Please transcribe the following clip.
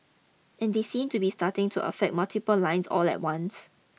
and they seem to be starting to affect multiple lines all at once